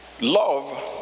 love